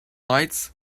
lights